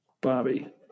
Bobby